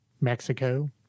Mexico